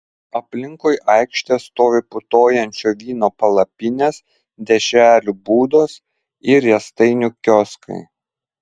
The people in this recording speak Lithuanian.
aplinkui aikštę stovi putojančio vyno palapinės dešrelių būdos ir riestainių kioskai